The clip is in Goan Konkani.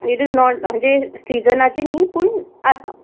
इट इज नॉट म्हणजे सिजनाचे न्ही पूण आसा